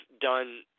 done